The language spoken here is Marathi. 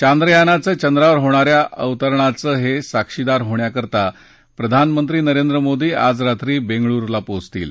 चांद्रयानाचं चंद्रावर होणाऱ्या अवतारणाचे साक्षीदार होण्यासाठी प्रधानमंत्री नरेंद्र मोदी आज रात्री बेंगळुरू ला पोहोचतील